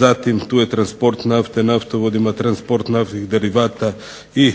Zatim tu je transport nafte naftovodima, transport naftnih derivata i